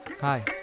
Hi